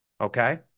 Okay